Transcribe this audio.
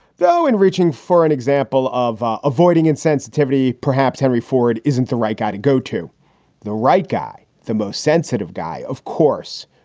though, in reaching for an example of avoiding insensitivity. perhaps henry ford isn't the right guy to go to the right guy. the most sensitive guy, of course,